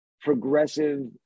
progressive